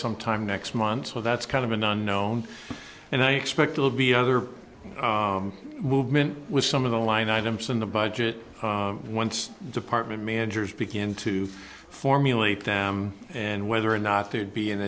sometime next month so that's kind of an unknown and i expect it will be other movement with some of the line items in the budget once department managers begin to formulate them and whether or not there'd be an